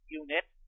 unit